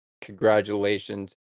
Congratulations